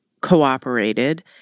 cooperated